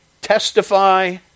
testify